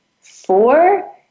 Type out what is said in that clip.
four